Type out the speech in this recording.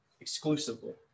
exclusively